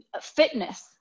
fitness